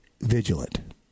vigilant